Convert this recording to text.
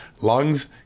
lungs